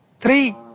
three